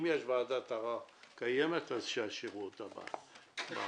אם יש ועדת ערר קיימת, שישאירו אתה בעבודה.